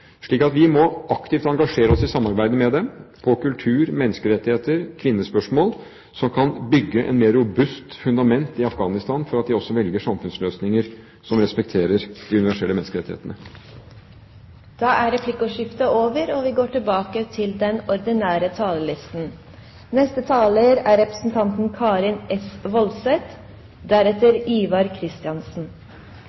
vi må aktivt engasjere oss i samarbeidet med dem når det gjelder kultur, menneskerettigheter og kvinnespørsmål. Dette kan bygge et mer robust fundament i Afghanistan, slik at de også velger samfunnsløsninger som respekterer de universelle menneskerettighetene. Dermed er replikkordskiftet